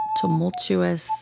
tumultuous